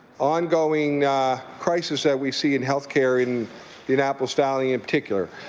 ongoing crisis that we see in health care in the annapolis valley in particular.